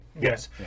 yes